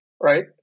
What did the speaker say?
right